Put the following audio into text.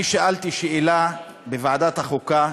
אני שאלתי שאלה, בוועדת החוקה,